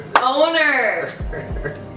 owner